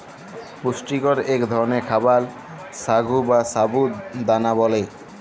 পুষ্টিকর ইক ধরলের খাবার সাগু বা সাবু দালা ব্যালে